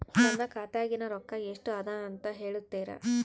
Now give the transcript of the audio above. ನನ್ನ ಖಾತೆಯಾಗಿನ ರೊಕ್ಕ ಎಷ್ಟು ಅದಾ ಅಂತಾ ಹೇಳುತ್ತೇರಾ?